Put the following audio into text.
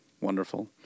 wonderful